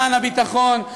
למען הביטחון.